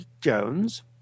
Jones